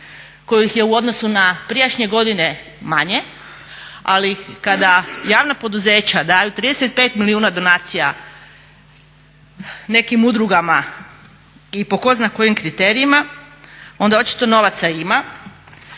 kojih je u odnosu na prijašnje godine manje. Ali kada javna poduzeća daju 35 milijuna donacija nekim udrugama i po tko zna kojim kriterijima, onda očito novaca ima,